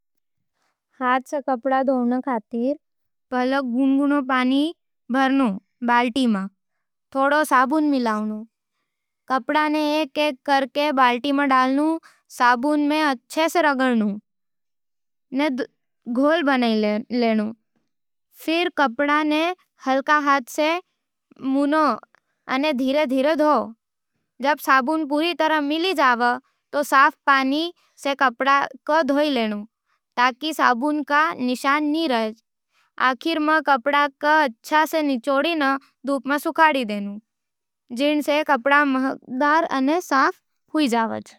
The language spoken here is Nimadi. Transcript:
हाथ सैं कपड़ा धोवण खातर, पहले गुनगुना पानी भर्यो बाल्टी में थोड़ो साबुन मिलावनु। कपड़ा ने एक-एक करके बाल्टी में डाल, साबुन में अच्छे सै रगड़ नू घोल बना लेव। फेर कपड़ा ने हलके हाथ सैं मुनो अने धीरे-धीरे धोव। जद साबुन पूरी तरह मिल जावै, तो साफ पानी सैं कपड़ा को धोई लेनू ताकि साबुन के निशान ना रहैं। आखिर में, कपड़ा ने अच्छी तरह निचोड़ के धूप में सुखाव, जिणसें कपड़ा महकदार अने साफ़ हुईजवाज।